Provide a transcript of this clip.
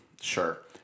Sure